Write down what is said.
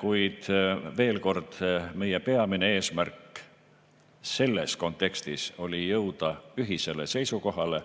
Kuid veel kord: meie peamine eesmärk selles kontekstis oli jõuda ühisele seisukohale